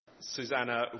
Susanna